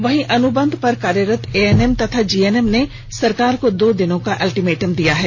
वहीं अनुबंध पर कार्यरत एएनएम तथा जीएनएम ने सरकार को दो दिनों का अल्टीमेटम दिया है